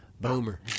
Boomer